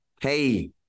hey